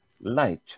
light